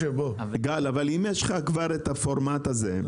אם יש לך הפורמט הזה,